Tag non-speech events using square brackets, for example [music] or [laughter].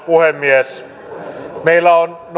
puhemies meillä on [unintelligible]